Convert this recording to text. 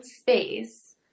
space